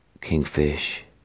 Kingfish